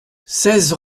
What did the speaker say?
seize